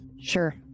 Sure